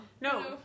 No